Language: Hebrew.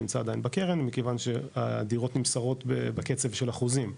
נמצא עדיין בקרן מכיוון שהדירות נמסרות בקצב של אחוזים,